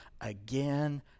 again